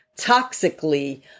toxically